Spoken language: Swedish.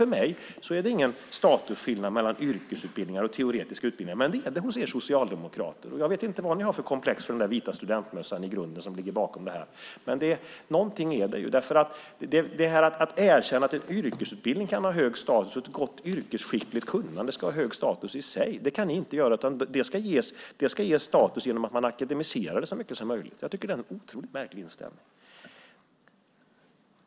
För mig är det ingen statusskillnad mellan yrkesutbildningar och teoretiska utbildningar, men så är det hos er socialdemokrater. Jag vet inte vad ni har för komplex för den vita studentmössan - som i grunden ligger bakom det här. Någonting är det ju. Ni kan inte erkänna att en yrkesutbildning kan ha hög status och att ett gott yrkesskickligt kunnande ska ha hög status i sig, utan det ska ges status genom att akademisera så mycket som möjligt. Jag tycker att det är en otroligt märklig inställning.